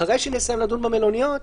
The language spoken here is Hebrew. אחרי שנסיים לדון במלוניות,